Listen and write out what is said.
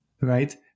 Right